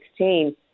2016